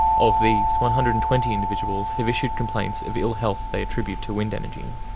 of these, one hundred and twenty individuals have issued complaints of ill-health they attribute to wind energy.